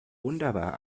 wunderbar